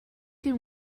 can